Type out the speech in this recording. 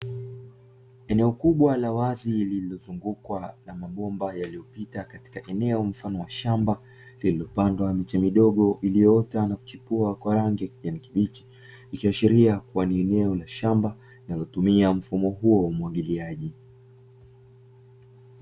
Eneo kubwa la wazi lililozungukwa na mabomba yaliyopita katika eneo mfano wa shamba lililopandwa miche midogo iliyoota na kuchipua kwa rangi ya kijani kibichi ikiashiria kuwa ni eneo la shamba linalotumia mfumo huo wa umwagiliaji.